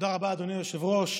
תודה רבה, אדוני היושב-ראש.